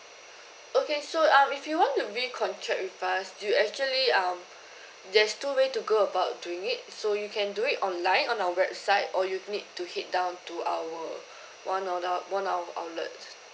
okay so um if you want to re-contract with us you actually um there's two way to go about doing it so you can do it online on our website or you need to head down to our one outlet one of our outlet